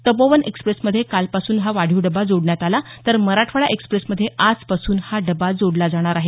तपोवन एक्सप्रेसमध्ये कालपासून हा वाढीव डबा जोडण्यात आला तर मराठवाडा एक्सप्रेसमध्ये आजपासून हा डबा जोडला जाणार आहे